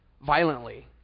violently